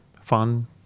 fun